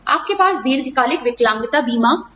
आपके पास दीर्घकालिक विकलांगता बीमा हो सकता है